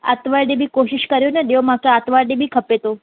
आर्तवारु ॾींहं बि कोशिश करियो न ॾियो मूंखे आर्तवारु ॾींहं बि खपे थो